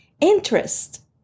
Interest